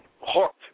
hooked